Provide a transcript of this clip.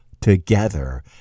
together